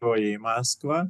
o į maskvą